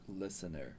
listener